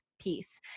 piece